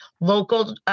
local